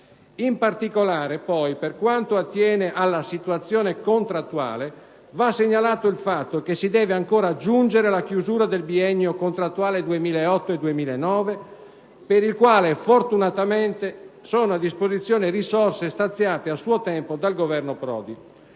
In particolare, per quanto attiene alla situazione contrattuale, va segnalato il fatto che si deve ancora giungere alla chiusura del biennio contrattuale 2008-2009, per il quale, fortunatamente, sono a disposizione risorse stanziate a suo tempo dal Governo Prodi.